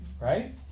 right